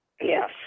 Yes